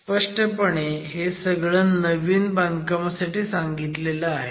स्पष्टपणे हे सगळं नवीन बांधकामासाठी सांगितलं आहे